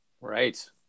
right